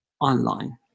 online